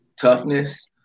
toughness